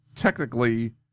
Technically